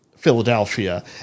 philadelphia